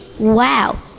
Wow